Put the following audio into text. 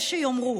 יש שיאמרו: